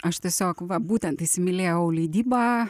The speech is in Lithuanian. aš tiesiog va būtent įsimylėjau leidybą